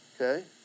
Okay